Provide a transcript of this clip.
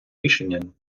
рішенням